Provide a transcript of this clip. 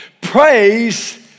praise